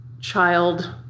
child